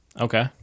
Okay